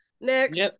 Next